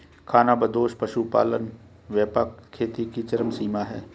खानाबदोश पशुपालन व्यापक खेती की चरम सीमा है